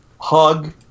hug